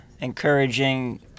encouraging